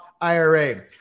IRA